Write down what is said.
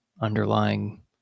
underlying